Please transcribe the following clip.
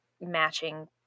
matching